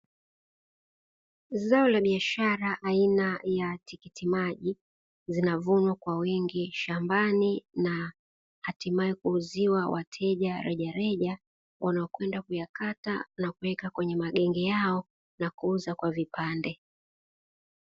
Zao la biashara aina ya tikitimaji zinavunwa kwa wingi shambani, na hatimaye kuuziwa wateja rejareja wanaokwenda kuyakata, na kuweka kwenye magenge yao na kuuza kwa vipande.